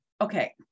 Okay